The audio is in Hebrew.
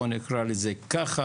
בוא נקרא לזה כך,